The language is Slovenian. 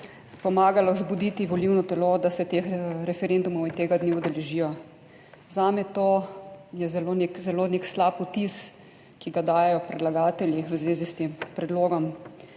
pomagala vzbuditi volilno telo, da se teh referendumov in tega dne udeležijo. Zame to je zelo nek slab vtis, ki ga dajejo predlagatelji v zvezi s tem predlogom.